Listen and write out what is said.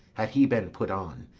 had he been put on,